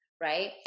right